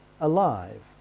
alive